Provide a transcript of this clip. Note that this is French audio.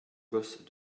gosse